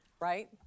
right